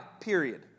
Period